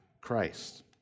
Christ